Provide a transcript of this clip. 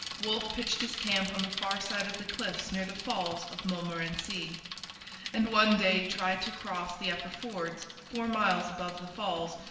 wolfe pitched his camp on the far side of the cliffs near the falls of montmorency and one day tried to cross the upper fords, four miles above the falls,